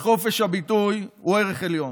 וחופש הביטוי הוא ערך עליון,